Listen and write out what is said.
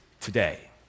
today